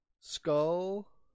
Skull